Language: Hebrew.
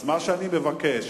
אז מה שאני מבקש,